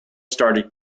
started